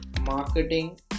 marketing